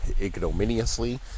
ignominiously